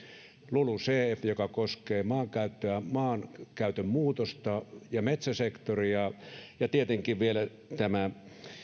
lulucf joka koskee maankäyttöä maankäytön muutosta ja metsäsektoria sekä tietenkin vielä tämä